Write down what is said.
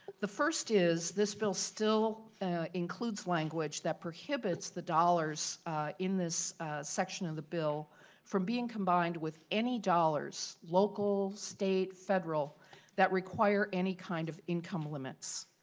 the first is this bill still includes language that prohibits the dollars in this section of the bill from being combined with any dollars local state federal that require any kind of income limits.